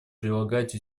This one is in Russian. прилагать